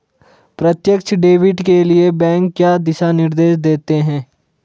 प्रत्यक्ष डेबिट के लिए बैंक क्या दिशा निर्देश देते हैं?